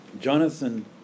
Jonathan